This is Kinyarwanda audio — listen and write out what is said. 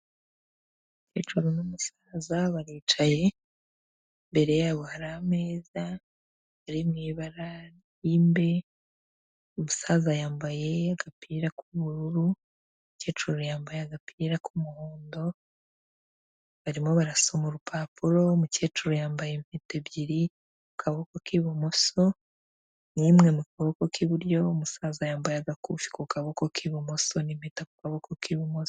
Umukecuru n'umusaza baricaye, imbere yabo hari ameza ari mu ibara ry'ingwe, umusaza yambaye agapira k'ubururu, mukecuru yambaye agapira k'umuhondo, barimo barasoma urupapuro umukecuru yambaye impeta ebyiri mu kaboko k'ibumoso n'imwe mu kaboko k'iburyo, umusaza yambaye agakufi ku kaboko k'ibumoso n'impeta ku kaboko k'ibumoso.